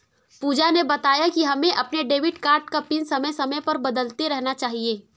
पूजा ने बताया कि हमें अपने डेबिट कार्ड का पिन समय समय पर बदलते रहना चाहिए